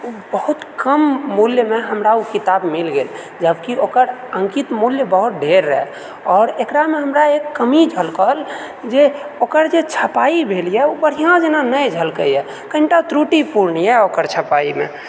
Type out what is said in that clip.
ओ बहुत कम मूल्यमे हमरा ओ किताब मिल गेल जबकि ओकर अङ्कित मूल्य बहुत ढेर रहए आओर एकरामे हमरा एक कमी झलकल जे ओकर जे छपाइ भेल यऽ ओ बढ़िआँ जेना नहि झलकैए कनिटा त्रुटिपूर्ण यऽ ओकर छपाइमे